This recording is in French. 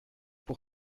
pour